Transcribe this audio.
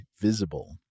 Visible